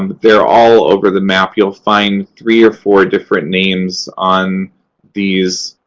um but they're all over the map. you'll find three or four different names on these